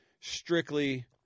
strictly